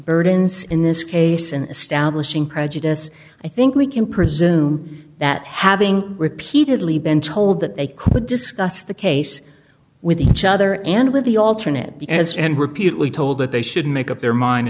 burdens in this case in establishing prejudice i think we can presume that having repeatedly been told that they could discuss the case with each other and with the alternate b s and repeatedly told that they should make up their mind